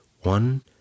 One